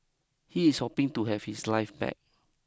he is hoping to have his life back